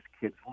kids